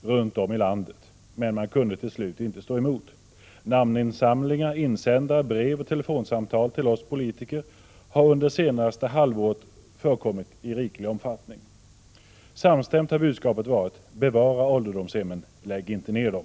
runt om i landet. Men de kunde till slut inte stå emot. Namninsamlingar, insändare, brev och telefonsamtal till oss politiker har under det senaste halvåret förekommit i riklig omfattning. Samstämt har budskapet varit: Bevara ålderdomshemmen! Lägg inte ner dem!